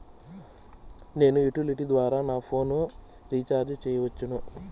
నేను యుటిలిటీ ద్వారా నా ఫోను రీచార్జి సేయొచ్చా?